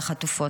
על החטופות,